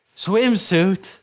swimsuit